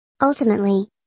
Ultimately